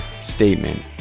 statement